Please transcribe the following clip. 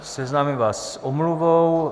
Seznámím vás s omluvou.